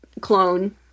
clone